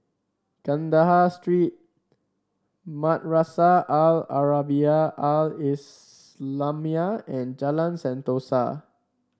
Kandahar Street Madrasah Al Arabiah Al Islamiah and Jalan Sentosa